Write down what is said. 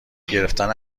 گرفتن